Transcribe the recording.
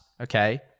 Okay